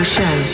Show